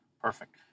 perfect